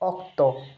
ᱚᱠᱛᱚ